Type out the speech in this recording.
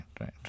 right